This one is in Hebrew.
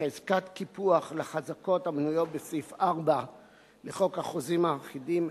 חזקת קיפוח לחזקות המנויות בסעיף 4 לחוק החוזים האחידים,